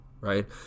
Right